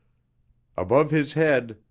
above his head,